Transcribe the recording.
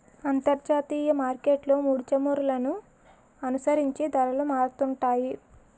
అంతర్జాతీయ మార్కెట్లో ముడిచమురులను అనుసరించి ధరలు మారుతుంటాయి